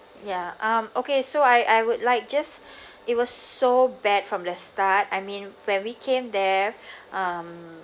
ya um okay so I I would like just it was so bad from the start I mean when we came there um